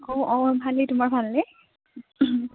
অঁ অঁ ভালেই তোমাৰ ভালনে